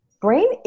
brain